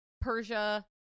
persia